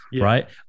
Right